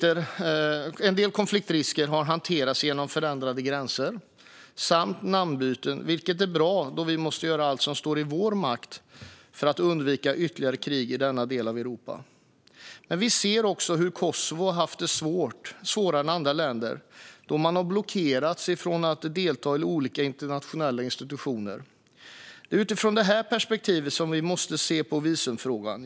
En del konfliktrisker har hanterats genom förändrade gränser samt namnbyten, vilket är bra, då vi måste göra allt som står i vår makt för att undvika ytterligare krig i denna del av Europa. Men vi ser också hur Kosovo har haft det svårare än andra länder, då man har blockerats från att delta i olika internationella institutioner. Det är utifrån detta perspektiv som vi måste se på visumfrågan.